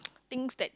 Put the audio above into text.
things that